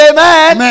Amen